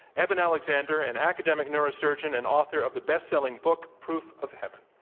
eben alexander, an academic neurosurgeon and author of the bestselling book, proof of heaven.